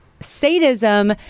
Sadism